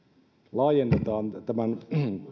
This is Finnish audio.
laajennetaan